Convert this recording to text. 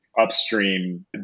upstream